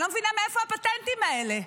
אני לא מבנה מאיפה הפטנטים האלה.